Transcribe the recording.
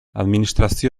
administrazio